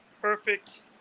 perfect